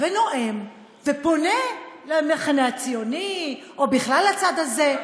ונואם ופונה למחנה הציוני, או בכלל לצד הזה,